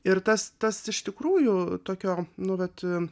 ir tas tas iš tikrųjų tokio nu vat